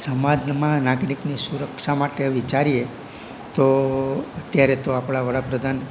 સમાજમાં નાગરિકની સુરક્ષા માટે વિચારીએ તો અત્યારે તો આપણા વડાપ્રધાન